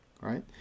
right